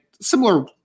similar